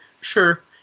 Sure